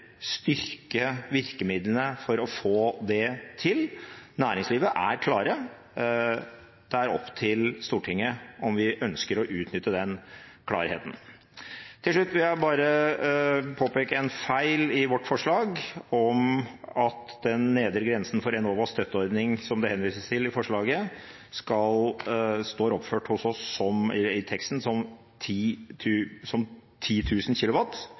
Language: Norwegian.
styrke virkemidlene for å få det til. Næringslivet er klare, det er opp til Stortinget om vi ønsker å utnytte den klarheten. Til slutt vil jeg bare påpeke en feil i vårt forslag. Den nedre grensen for Enovas støtteordning som det henvises til i forslaget, står oppført hos oss i teksten som